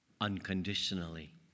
unconditionally